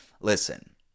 Listen